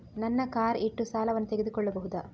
ನನ್ನ ಕಾರ್ ಇಟ್ಟು ಸಾಲವನ್ನು ತಗೋಳ್ಬಹುದಾ?